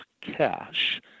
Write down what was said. cash